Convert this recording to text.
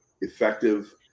effective